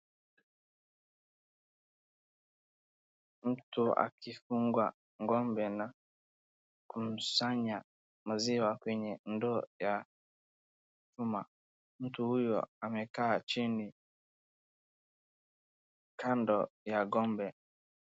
Mtu akifunga ng'ombe na kumsanya maziwa kwenye ndoo ya chuma .Mtu huyu amekaa chini kando ya ng'ombe.